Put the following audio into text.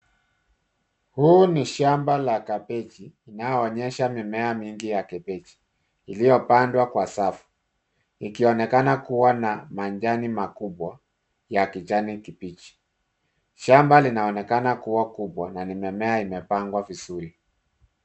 Huu ni shamba la kabeji inayoonyesha mimea mingi ya kabeji iliyopandwa kwa safu. Ikionekana kuwa na majani makubwa ya kijani kibichi. Shamba linaonekana kuwa kubwa na ni mimea imepangwa vizuri.